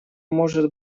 может